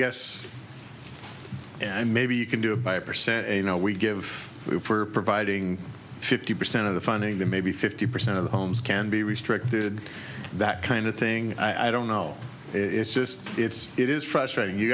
and maybe you can do a by a percent and you know we give for providing fifty percent of the funding that maybe fifty percent of the homes can be restruck did that kind of thing i don't know it's just it's it is frustrating you